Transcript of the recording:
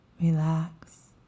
relax